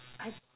I